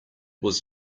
was